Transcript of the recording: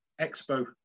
expo